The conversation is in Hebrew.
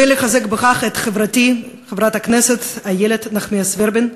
ולחזק בכך את חברתי חברת הכנסת איילת נחמיאס ורבין,